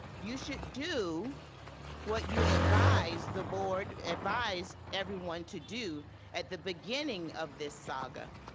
you should do what you advise the board advised everyone to do at the beginning of this saga